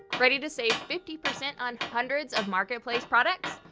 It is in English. ready to save fifty percent on hundreds of marketplace products?